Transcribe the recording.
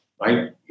right